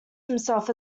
himself